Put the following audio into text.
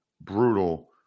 brutal